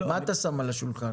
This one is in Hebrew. מה אתה שם על השולחן?